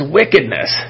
wickedness